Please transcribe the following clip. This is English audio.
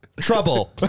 Trouble